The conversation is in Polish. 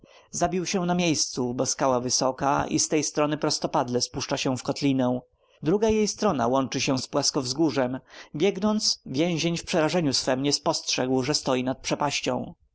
zabił się na miejscu bo skała wysoka i z tej strony prostopadle spuszcza się w kotlinę druga jej strona łączy się z płaskowzgórzem biegnąc więzień w przerażeniu swem nie spostrzegł że stoi nad przepaścią